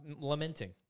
lamenting